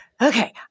Okay